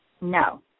No